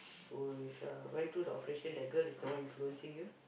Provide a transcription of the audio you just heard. who is uh went through the operation that girl is the one influencing you